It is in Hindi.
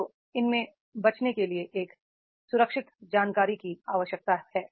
तो इनसे बचने के लिए एक सुरक्षित जानकारी की आवश्यकता है